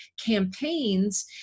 campaigns